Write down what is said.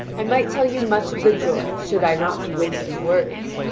i might tell you much of the joy should i not be wasting words,